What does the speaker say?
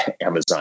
Amazon